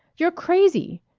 you're crazy!